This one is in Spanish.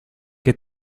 qué